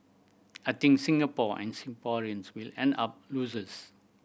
I think Singapore and Singaporeans will end up losers